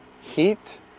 heat